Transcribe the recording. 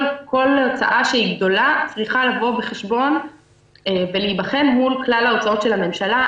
כל הוצאה גדולה צריכה לבוא בחשבון ולהיבחן מול כלל ההוצאות של הממשלה.